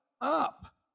up